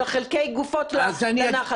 של חלקי הגופות לנחל?